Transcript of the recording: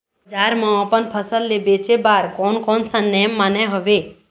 बजार मा अपन फसल ले बेचे बार कोन कौन सा नेम माने हवे?